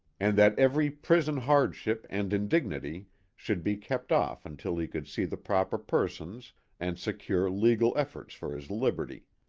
and that every prison hard ship and indignity should be kept off until he could see the proper persons and secure legal efforts for his liberty.